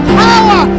power